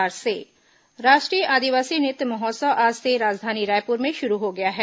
आदिवासी नृत्य महोत्सव राष्ट्रीय आदिवासी नृत्य महोत्सव आज से राजधानी रायपुर में शुरू हो गया है